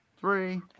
Three